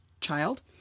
child